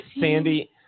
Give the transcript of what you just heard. Sandy